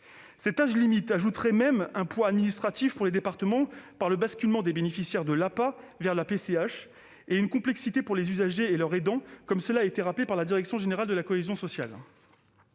Cet âge limite ajouterait même un poids administratif pour les départements par le basculement des bénéficiaires de l'APA vers la PCH et une complexité pour les usagers et leurs aidants, comme cela a été rappelé par la direction générale de la cohésion sociale.